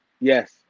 Yes